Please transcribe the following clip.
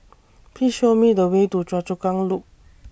Please Show Me The Way to Choa Chu Kang Loop